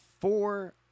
four